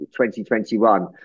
2021